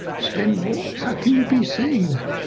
spend more? how can you be saying that?